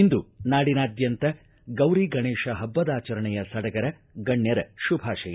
ಇಂದು ನಾಡಿನಾದ್ಯಂತ ಗೌರಿ ಗಣೇಶ ಪಬ್ಲದಾಚರಣೆಯ ಸಡಗರ ಗಣ್ಣರ ಶುಭಾಶಯ